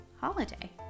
holiday